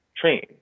train